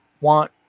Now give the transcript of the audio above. want